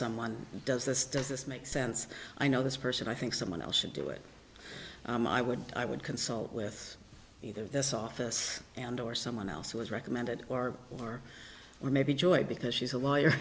someone who does this does this make sense i know this person i think someone else should do it and i would i would consult with either this office and or someone else who has recommended or or or maybe joy because she's a lawyer